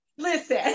listen